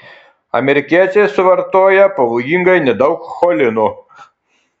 amerikiečiai suvartoja pavojingai nedaug cholino